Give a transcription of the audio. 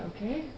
Okay